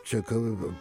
čia kal